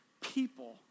people